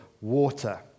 water